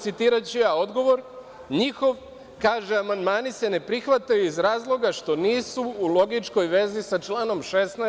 Citiraću njihov odgovor, kaže – amandmani se ne prihvataju iz razloga što nisu u logičkoj vezi sa članom 16.